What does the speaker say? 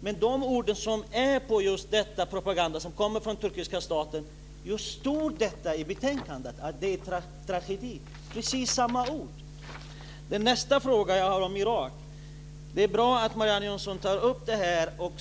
Men när det gäller de ord som finns i propagandan som kommer från den turkiska staten så stod det i betänkandet att det är en tragedi, precis samma ord. Min andra fråga handlar om Irak. Det är bra att Marianne Jönsson tar upp detta.